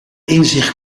inzicht